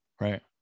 Right